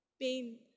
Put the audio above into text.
pain